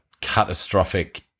catastrophic